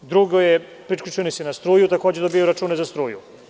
Drugo su računi za struju, gde takođe dobijaju račune za struju.